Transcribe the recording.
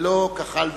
ללא כחל ושרק,